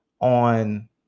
on